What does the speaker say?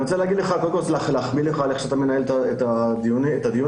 אני רוצה קודם כל להחמיא לך על איך שאתה מנהל את הדיון הזה.